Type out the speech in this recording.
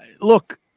Look